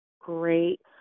Great